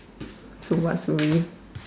so what's for me